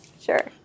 sure